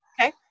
Okay